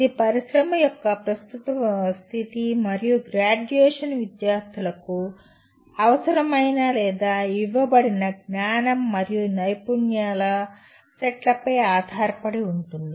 ఇది పరిశ్రమ యొక్క ప్రస్తుత స్థితి మరియు గ్రాడ్యుయేషన్ విద్యార్థులకు అవసరమైన లేదా ఇవ్వబడిన జ్ఞానం మరియు నైపుణ్యం సెట్లపై ఆధారపడి ఉంటుంది